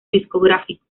discográfico